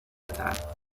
تلخ